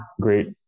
great